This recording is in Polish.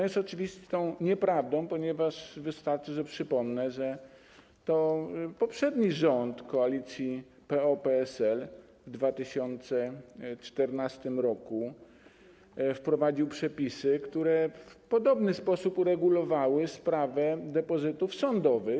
Jest to oczywistą nieprawdą, ponieważ wystarczy, że przypomnę, że to poprzedni rząd, rząd koalicji PO-PSL w 2014 r. wprowadził przepisy, które w podobny sposób uregulowały sprawę depozytów sądowych.